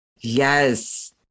Yes